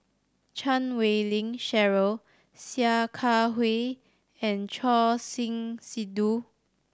Chan Wei Ling Cheryl Sia Kah Hui and Choor Singh Sidhu